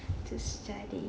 this saturday